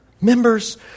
Members